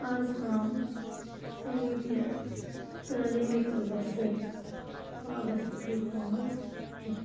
اَز تام کُنہِ تہِ تعلیٖمی کٕلبَس سۭتۍ وابستگی تھٔومٕژ کینٛہہ